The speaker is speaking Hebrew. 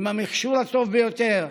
עם המכשור הטוב ביותר,